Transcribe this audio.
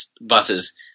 buses